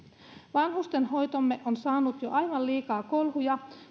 vanhustenhoitomme on saanut jo aivan liikaa kolhuja